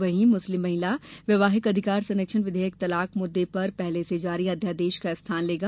वहीं मुस्लिम महिला वैवाहिक अधिकार संरक्षण विधेयक तलाक मुद्दे पर पहले से जारी अध्यादेश का स्थान लेगा